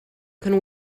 can